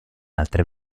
altre